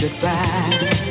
goodbye